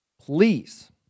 please